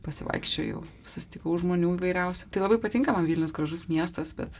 pasivaikščiojau susitikau žmonių įvairiausių tai labai patinka man vilnius gražus miestas bet